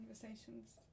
conversations